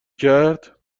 کرد